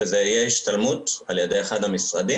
כאשר תהיה השתלמות על ידי אחד המשרדים,